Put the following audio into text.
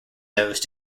those